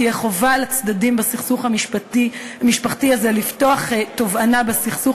תהיה חובה על הצדדים בסכסוך המשפחתי הזה לפתוח תובענה בסכסוך